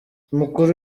umukuru